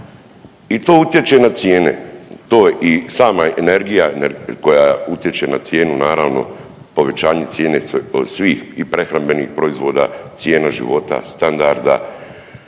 i to utječe na cijene, to i sama energija koja utječe na cijenu naravno povećanje cijene svih i prehrambenih proizvoda, cijene života, standarda.